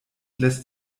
lässt